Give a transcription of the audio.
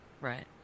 Right